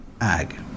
ag